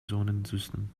sonnensystem